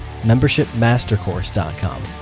membershipmastercourse.com